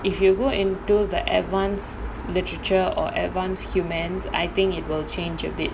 if you go into the advanced literature or advanced humans I think it will change a bit